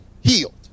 healed